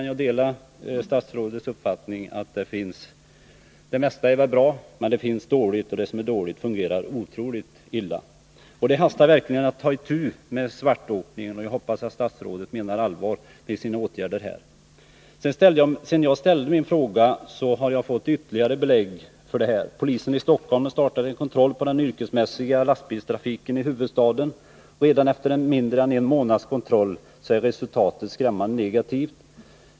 Jag delar statsrådets uppfattning att det mesta väl är bra men att det finns sådant som är dåligt. Och det som är dåligt fungerar otroligt illa. Det hastar verkligen att ta itu med svartåkningen. Jag hoppas att statsrådet menar allvar med det han anför om åtgärder i svaret. Sedan jag ställde min fråga har jag fått ytterligare belägg för förhållandena. Polisen i Stockholm har startat en kontroll av den yrkesmässiga lastbilstrafiken i huvudstaden. Redan efter mindre än en månads kontroll är resultatet skrämmande negativt.